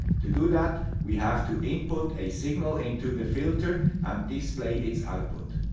to do that, we have to input a signal into the filter and display its output.